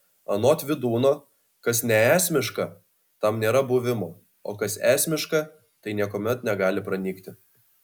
anot vydūno kas neesmiška tam nėra buvimo o kas esmiška tai niekuomet negali pranykti